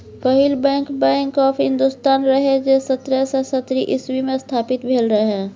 पहिल bank, bank of Hindustan रहय जे सतरह सय सत्तरि इस्बी मे स्थापित भेल रहय